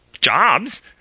jobs